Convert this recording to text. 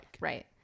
Right